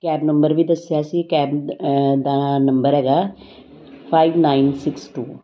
cab number ਵੀ ਦੱਸਿਆ ਸੀ ਕੈਬ ਦਾ ਨੰਬਰ ਹੈਗਾ ਫਾਈਵ ਨਾਈਨ ਸਿਕਸ ਟੂ